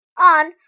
on